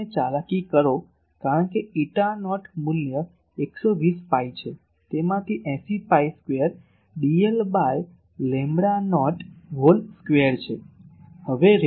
તેથી જો તમે ચાલાકી કરો કારણ કે ઇટા નોટ મૂલ્ય 120 પાઇ છે તેમાંથી 80 pi square dl by lambda naught whole square છે